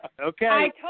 Okay